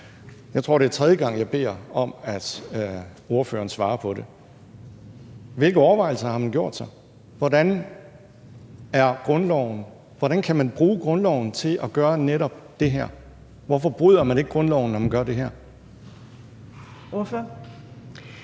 Jeg tror, det er tredje gang, jeg beder om, at ordføreren svarer på det. Hvilke overvejelser har man gjort sig? Hvordan kan man bruge grundloven til at gøre netop det her? Hvorfor bryder man ikke grundloven, når man gør det her? Kl.